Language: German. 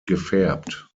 gefärbt